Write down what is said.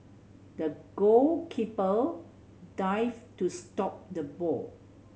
the goalkeeper dived to stop the ball